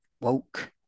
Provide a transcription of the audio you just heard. woke